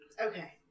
Okay